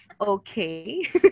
okay